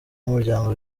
n’umuryango